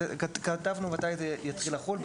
כתבנו מתי זה יתחיל לחול,